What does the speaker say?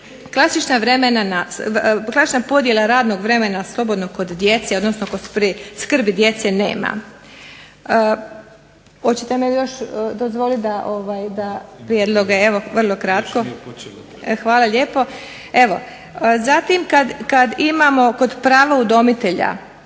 klasična podjela radnog vremena slobodnog kod djece odnosno kod skrbi djece nema. Hoćete mi još dozvoliti da